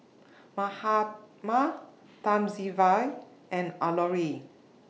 Mahatma Thamizhavel and Alluri